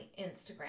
Instagram